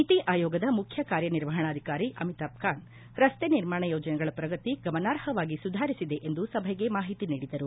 ನೀತಿ ಆಯೋಗದ ಮುಖ್ಯ ಕಾರ್ಯ ನಿರ್ವಹಣಾಧಿಕಾರಿ ಅಮಿತಾಭ್ ಕಾಂತ್ ರಸ್ತೆ ನಿರ್ಮಾಣ ಯೋಜನೆಗಳ ಪ್ರಗತಿ ಗಮನಾರ್ಹವಾಗಿ ಸುಧಾರಿಸಿದೆ ಎಂದು ಸಭೆಗೆ ಮಾಹಿತಿ ನೀಡಿದರು